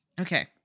Okay